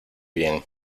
bien